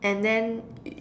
and then